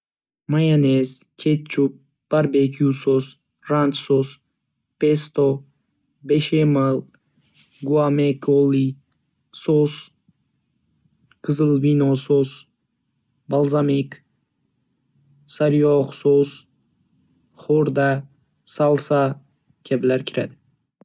Mayonez, ketchup, barbekyu sos, ranch sos, pesto, beshamel, guakamole sos, qizil vino sos, balzamik, sariyog‘ sos, xo‘rda, salsa kabilar kiradi.